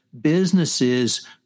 businesses